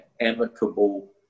amicable